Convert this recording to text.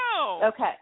Okay